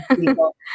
people